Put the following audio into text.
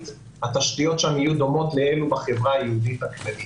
ולראות שהתשתיות שם דומות לאלו שקיימות בחברה הכללית.